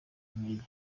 nk’iyi